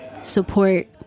support